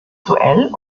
duell